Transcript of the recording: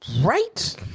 right